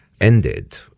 ended